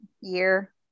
year